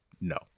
No